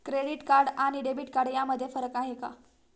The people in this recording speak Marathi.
क्रेडिट कार्ड आणि डेबिट कार्ड यामध्ये काय फरक आहे?